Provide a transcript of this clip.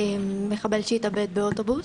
מחבל שהתאבד באוטובוס.